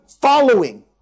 following